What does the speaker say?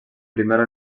primera